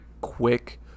quick